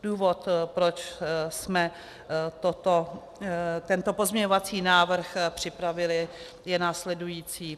Důvod, proč jsme tento pozměňovací návrh připravili, je následující.